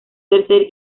tercer